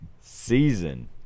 season